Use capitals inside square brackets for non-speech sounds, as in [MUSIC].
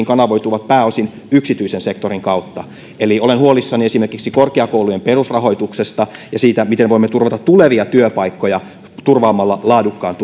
[UNINTELLIGIBLE] kanavoituvat pääosin yksityisen sektorin kautta eli olen huolissani esimerkiksi korkeakoulujen perusrahoituksesta ja siitä miten voimme turvata tulevia työpaikkoja turvaamalla laadukkaan [UNINTELLIGIBLE]